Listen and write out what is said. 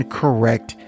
correct